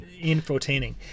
infotaining